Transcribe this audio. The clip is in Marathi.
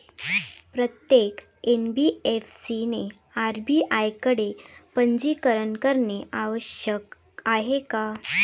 प्रत्येक एन.बी.एफ.सी ने आर.बी.आय कडे पंजीकरण करणे आवश्यक आहे का?